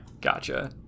Gotcha